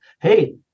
hey